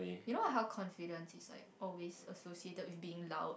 you know how confidence is like always associated with being loud